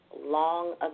long